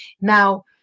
Now